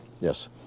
Yes